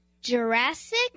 Jurassic